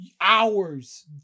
hours